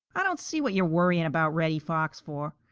i don't see what you're worrying about reddy fox for.